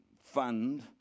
fund